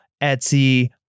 Etsy